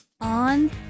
On